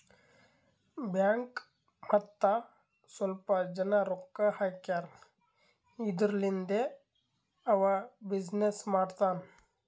bank ಮತ್ತ ಸ್ವಲ್ಪ ಜನ ರೊಕ್ಕಾ ಹಾಕ್ಯಾರ್ ಇದುರ್ಲಿಂದೇ ಅವಾ ಬಿಸಿನ್ನೆಸ್ ಮಾಡ್ತಾನ್